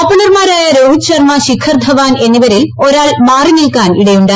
ഓപ്പണർമാരായ രോഹിത് ശർമ ശിഖർ ധവാൻ എന്നിവരിൽ ഒരാൾ മാറി നിൽക്കാൻ ഇടയുണ്ട്